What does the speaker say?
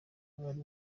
bari